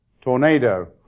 Tornado